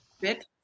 fit